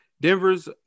Denver's